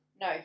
No